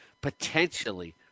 potentially